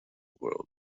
world